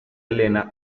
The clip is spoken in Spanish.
elena